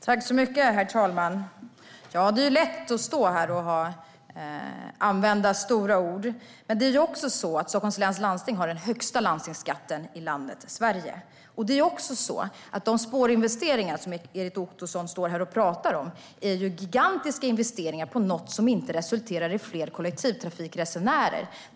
Herr talman! Ja, det är lätt att stå här och använda stora ord. Men det är också så att Stockholms läns landsting har den högsta landstingsskatten i landet Sverige. Det är också så att de spårinvesteringar som Erik Ottoson står här och talar om är gigantiska investeringar i något som inte resulterar i fler kollektivtrafikresenärer.